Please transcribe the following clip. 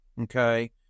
Okay